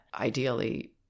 ideally